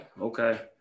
okay